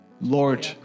Lord